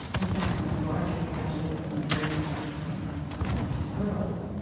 in fact, much larger tragedy that was unfolding all the time of violence to girls.